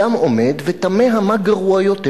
אדם עומד ותמה מה גרוע יותר: